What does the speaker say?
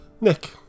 Nick